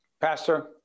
Pastor